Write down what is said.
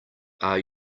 are